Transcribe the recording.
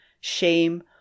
shame